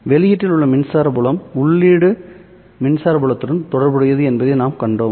வெளியீட்டில் உள்ள மின்சார புலம் உள்ளீட்டு மின்சார புலத்துடன் தொடர்புடையது என்பதை நாம் கண்டோம்